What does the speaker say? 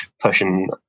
pushing